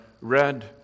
read